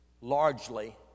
largely